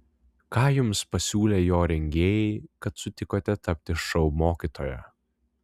ką jums pasiūlė jo rengėjai kad sutikote tapti šou mokytoja